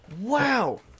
Wow